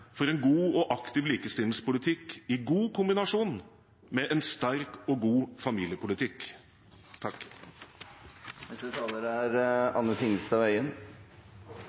for en god og aktiv likestillingspolitikk i god kombinasjon med en sterk og god familiepolitikk.